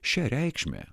šia reikšme